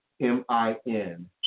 M-I-N